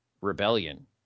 Rebellion